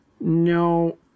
No